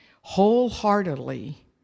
wholeheartedly